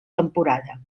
temporada